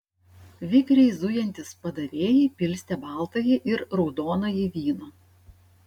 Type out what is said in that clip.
vikriai zujantys padavėjai pilstė baltąjį ir raudonąjį vyną